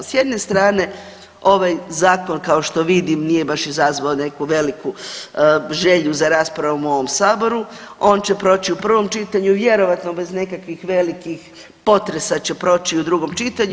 S jedne strane ovaj zakon kao što vidim nije baš izazvao neku veliku želju za raspravom u ovom saboru, on će proći u prvom čitanju vjerojatno bez nekakvih velikih potresa će proći u drugom čitanju.